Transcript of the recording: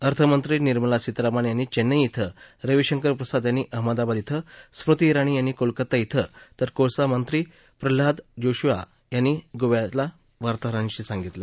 अर्थमंत्री निर्मला सीतारामन यांनी चेन्नई इथं रविशंकर प्रसाद यांनी अहमदाबाद इथं स्मृती इराणी यांनी कोलकता इथं तर कोळसा मंत्री प्रल्हाद जोशी यांनी गोवा इथं वार्ताहर परिषदा घतिल्या